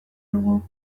dugu